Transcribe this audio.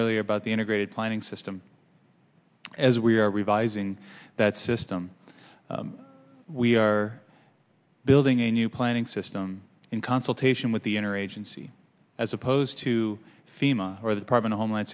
earlier about the integrated planning system as we are revising that system we are building a new planning system in consultation with the inner agency as opposed to fema or the department of homeland